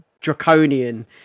draconian